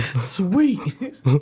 sweet